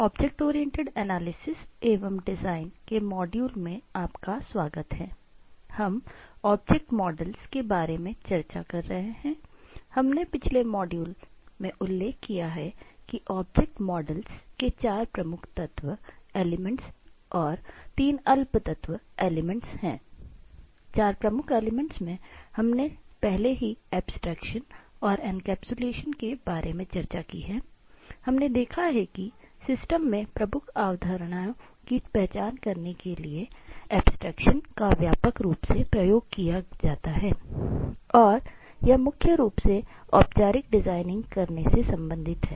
object oriented analysis एवं design का व्यापक रूप से उपयोग किया जाता है और यह मुख्य रूप से औपचारिक डिज़ाइनिंग करने से संबंधित है